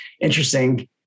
interesting